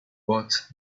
but